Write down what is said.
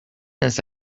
this